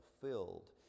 fulfilled